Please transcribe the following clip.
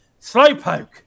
Slowpoke